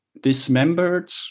Dismembered